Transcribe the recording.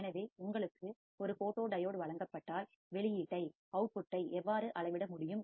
எனவே உங்களுக்கு ஒரு போட்டோடியோட் வழங்கப்பட்டால் வெளியீட்டை அவுட்புட்டை எவ்வாறு அளவிட முடியும்